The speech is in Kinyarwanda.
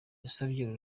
yasabye